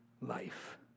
life